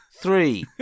Three